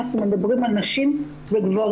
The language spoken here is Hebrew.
אנחנו מדברים על נשים וגברים,